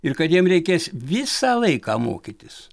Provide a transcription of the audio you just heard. ir kad jiem reikės visą laiką mokytis